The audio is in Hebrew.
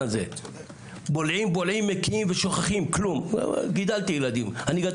ואם ביקשתם מאיתנו להגיד משהו אופרטיבי אני הייתי